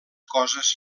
coses